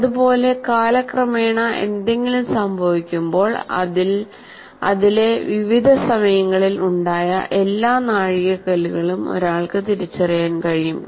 അതുപോലെ കാലക്രമേണ എന്തെങ്കിലും സംഭവിക്കുമ്പോൾ അതിലെ വിവിധ സമയങ്ങളിൽ ഉണ്ടായ എല്ലാ നാഴികക്കല്ലുകളും ഒരാൾക്ക് തിരിച്ചറിയാൻ കഴിയും